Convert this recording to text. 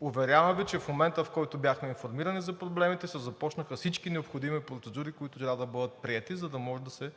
уверявам Ви, че в момента, в който бяхме информирани за проблемите, се започнаха всички необходими процедури, които трябва да бъдат приети, за да може да се